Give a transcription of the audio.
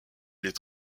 les